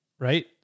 Right